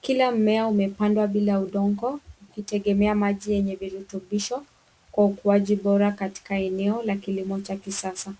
kila mmea umepandwa bila udongo ukitegemea maji wenye virutubisho kwa ukuaji bora katika eneo la kilimo cha kisasa.